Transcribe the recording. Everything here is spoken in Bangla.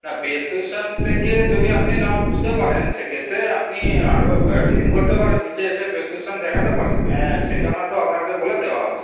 না প্রেসক্রিপশন থেকে যদি আপনি না বুঝতে পারেন সেক্ষেত্রে আপনি আরো করতে পারেন নিচে এসে প্রেসস্ক্রিপশন দেখাতে পারেন সেখানে তো আপনাকে বলে দেওয়া হবে